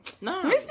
No